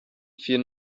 fiel